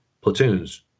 platoons